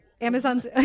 Amazon's